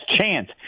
chance